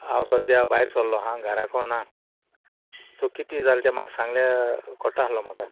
हांव सद्द्यां भायर सरलो आहां घराको ना सो कितें जालें तें सांगल्यार कोट्टा आहलो म्हाका